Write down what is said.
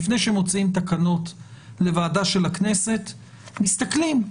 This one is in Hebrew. לפני שמוציאים תקנות לוועדה של הכנסת מסתכלים,